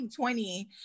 2020